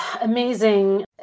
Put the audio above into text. amazing